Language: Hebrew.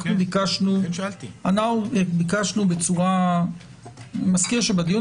אנחנו ביקשנו בצורה --- אני מזכיר שבדיון